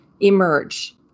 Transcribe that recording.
emerge